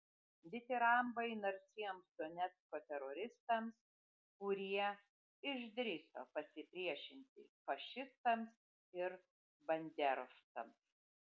ditirambai narsiems donecko teroristams kurie išdrįso pasipriešinti fašistams ir banderovcams